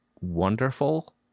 wonderful